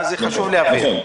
אז זה חשוב להבין.